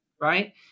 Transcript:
right